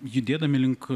judėdami link